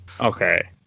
Okay